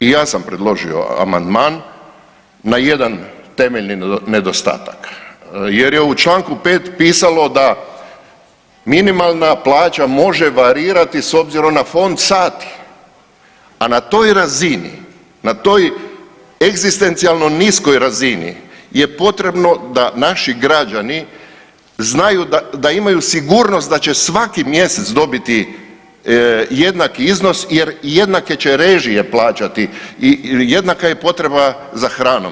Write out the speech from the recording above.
I ja sam preložio amandman na jedan temeljni nedostatak jer je u čl. 5 pisalo da minimalna plaća može varirati s obzirom na fond sati, a na toj razini, na toj egzistencijalno niskoj razini je potrebno da naši građani znaju da imaju sigurnost da će svaki mjesec dobiti jednaki iznos jer jednake će režije plaćati i jednaka je potreba za hranom.